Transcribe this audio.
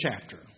chapter